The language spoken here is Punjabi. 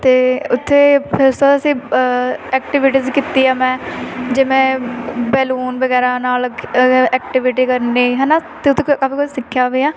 ਅਤੇ ਉੱਥੇ ਫਿਰ ਉਸ ਤੋਂ ਬਾਅਦ ਅਸੀਂ ਐਕਟੀਵਿਟੀਜ਼ ਕੀਤੀਆਂ ਮੈਂ ਜੇ ਮੈਂ ਬੈਲੂਨ ਵਗੈਰਾ ਨਾਲ ਐਕਟੀਵਿਟੀ ਕਰਨੀ ਹੈਨਾ ਅਤੇ ਉੱਥੇ ਕ ਕਾਫੀ ਕੁਛ ਸਿੱਖਿਆ ਵੀ ਆ